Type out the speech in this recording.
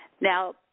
Now